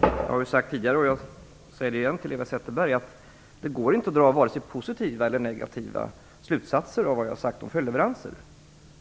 Jag har ju tidigare sagt till Eva Zetterberg, och jag säger det igen, att det inte går att dra vare sig positiva eller negativa slutsatser av vad jag har sagt om följdleveranser.